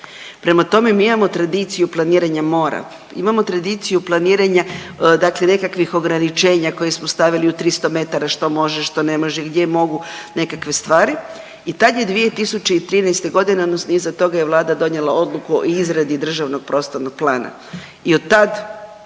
prema tome mi imamo tradiciju planiranja mora, imamo tradiciju planiranja dakle nekakvih ograničenja koje smo stavili u 300 metara što može, što ne može gdje mogu nekakve stvari i tad je 2013.g. odnosno iza toga je Vlada donijela odluku o izradi državnog prostornog plana i od tad